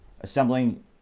assembling